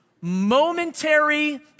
momentary